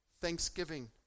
thanksgiving